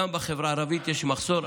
גם בחברה הערבית יש מחסור,